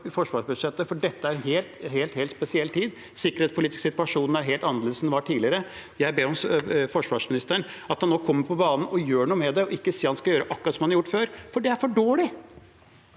forsvarsbudsjettet, for dette er en helt, helt spesiell tid. Den sikkerhetspolitiske situasjonen er helt annerledes enn den var tidligere. Jeg ber om at forsvarsministeren nå kommer på banen og gjør noe med det, og ikke sier at han skal gjøre akkurat som man har gjort før, for det er for dårlig.